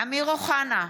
אמיר אוחנה,